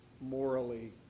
morally